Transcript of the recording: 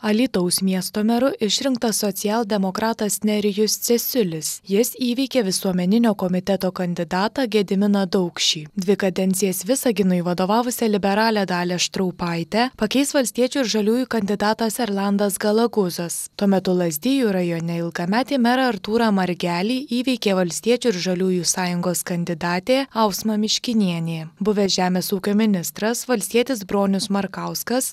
alytaus miesto meru išrinktas socialdemokratas nerijus cesiulis jis įveikė visuomeninio komiteto kandidatą gediminą daukšį dvi kadencijas visaginui vadovavusią liberalę dalią štraupaitę pakeis valstiečių ir žaliųjų kandidatas erlandas galaguzas tuo metu lazdijų rajone ilgametį merą artūrą margelį įveikė valstiečių ir žaliųjų sąjungos kandidatė ausma miškinienė buvęs žemės ūkio ministras valstietis bronius markauskas